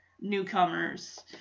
newcomers